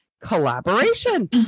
collaboration